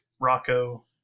Rocco